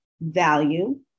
value